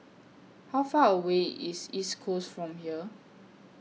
How Far away IS East Coast from here